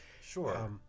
sure